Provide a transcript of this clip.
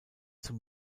zum